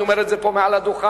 אני אומר את זה פה מעל הדוכן,